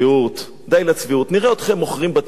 נראה אתכם מוכרים בתים באום-אל-פחם ליהודים.